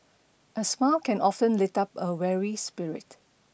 a smile can often lift up a weary spirit